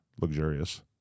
luxurious